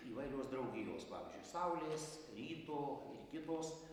įvairios draugijos pavyzdžiui saulės ryto ir kitos